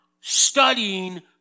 studying